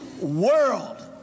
world